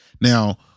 Now